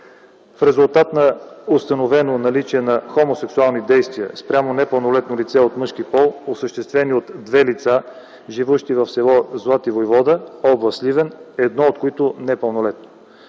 в резултат на установено наличие на хомосексуални действия спрямо непълнолетно лице от мъжки пол, осъществени от две лица, живущи в с. Злати войвода, област Сливен, едно от които – непълнолетно.